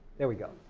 there we go.